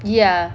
ya